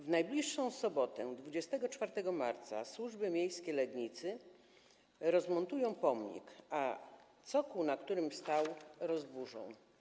W najbliższą sobotę, 24 marca, służby miejskie Legnicy rozmontują pomnik, a cokół, na którym stał, rozburzą.